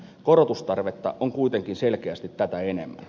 korotustarvetta on kuitenkin selkeästi tätä enemmän